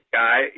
guy